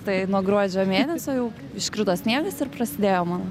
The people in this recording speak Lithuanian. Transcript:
tai nuo gruodžio mėnesio jau iškrito sniegas ir prasidėjo mano